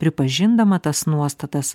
pripažindama tas nuostatas